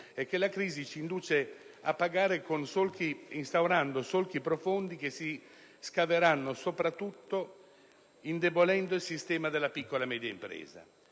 che la crisi ci induce a pagare determinando solchi profondi che si scaveranno soprattutto indebolendo il sistema della piccola e media impresa.